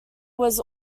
was